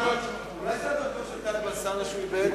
אולי זה הדרכון של טלב אלסאנע שהוא איבד?